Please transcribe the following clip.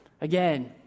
again